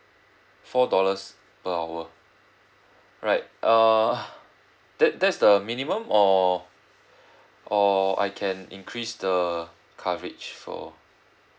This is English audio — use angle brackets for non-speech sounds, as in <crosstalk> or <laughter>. four dollars per hour right err that that's the minimum or <breath> or I can increase the coverage for